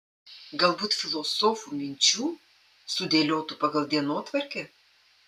galbūt filosofų minčių sudėliotų pagal dienotvarkę